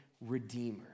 redeemer